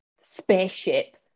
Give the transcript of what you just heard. spaceship